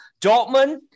Dortmund